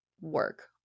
work